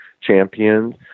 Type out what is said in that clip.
champions